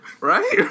right